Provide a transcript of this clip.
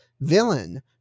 villain